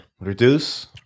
Reduce